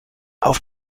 auf